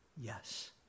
Yes